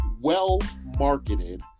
well-marketed